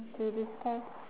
okay discuss